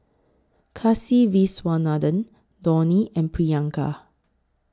Kasiviswanathan Dhoni and Priyanka